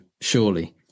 Surely